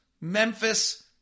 Memphis